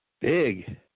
big